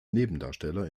nebendarsteller